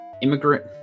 immigrant